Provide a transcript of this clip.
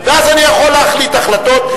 ואז אני יכול להחליט החלטות,